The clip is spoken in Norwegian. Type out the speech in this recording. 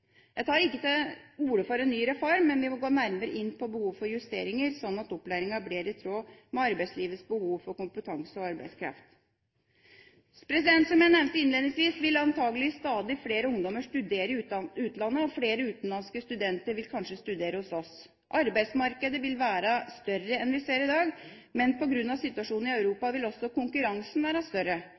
Jeg tar ikke til orde for en ny reform, men vi må gå nærmere inn på behovet for justeringer, slik at opplæringa blir i tråd med arbeidslivets behov for kompetanse og arbeidskraft. Som jeg nevnte innledningsvis, vil antakelig stadig flere ungdommer studere i utlandet, og flere utenlandske studenter vil kanskje studere hos oss. Arbeidsmarkedet vil være større enn vi ser i dag, men på grunn av situasjonen i Europa vil også konkurransen være større.